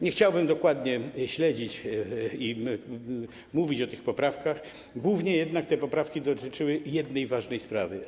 Nie chciałbym tego dokładnie śledzić i mówić o tych poprawkach, głównie jednak te poprawki dotyczyły jednej ważnej sprawy.